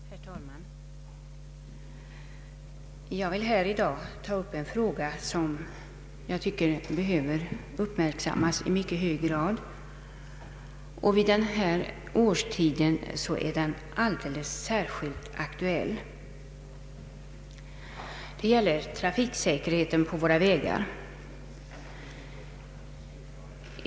Herr talman! Jag vill här i dag ta upp en fråga som jag tycker behöver uppmärksammas i mycket hög grad, Vid den här årstiden är den alldeles särskilt aktuell. Det gäller trafiksäkerheten på våra vägar.